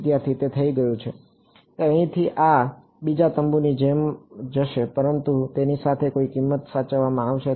વિદ્યાર્થી તે થઈ ગયું છે તે અહીંથી આ રીતે બીજા તંબુની જેમ જશે પરંતુ તેની સાથે તેની કિંમત સાચવવામાં આવશે